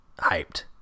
hyped